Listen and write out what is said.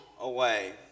Away